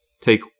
take